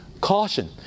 caution